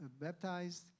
baptized